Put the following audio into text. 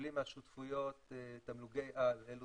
שמקבלים מהשותפויות תמלוגי-על, אלה